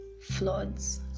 floods